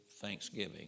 Thanksgiving